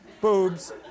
boobs